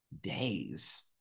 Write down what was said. days